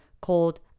called